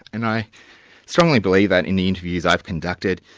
and i strongly believe that in the interviews i've conducted,